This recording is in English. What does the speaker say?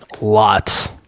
lots